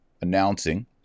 announcing